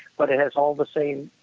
but it has all the same